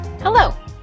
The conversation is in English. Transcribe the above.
Hello